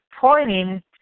pointing